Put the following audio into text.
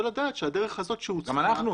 לדעת שהדרך הזאת שהוצגה --- גם אנחנו,